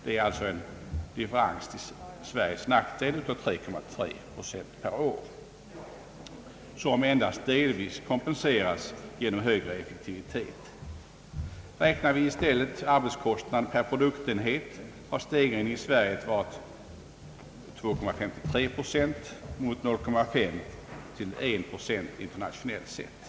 Det är alltså en differens till Sveriges nackdel på 3,3 procent per år, som endast delvis kompenseras genom högre effektivitet. Räknar vi i stället arbetskostnaden per produktenhet, har stegringen i Sverige varit 2,53 procent mot 0,5—1,0 procent internationellt sett.